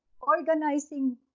organizing